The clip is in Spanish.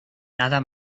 nada